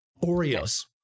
Oreos